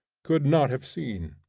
could not have seen.